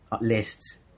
lists